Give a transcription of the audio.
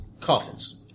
coffins